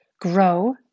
grow